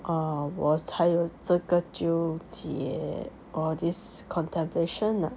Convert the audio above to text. uh 我才有这个纠结 all this contemplation ah